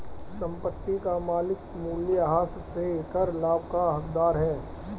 संपत्ति का मालिक मूल्यह्रास से कर लाभ का हकदार है